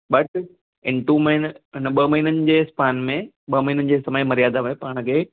but in two महीननि ए न ॿ महीननि जे स्थानु में ॿ महीननि जे समय मर्यादा में पाण खे